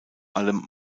allem